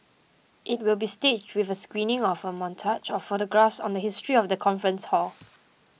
it will be staged with a screening of a montage of photographs on the history of the conference hall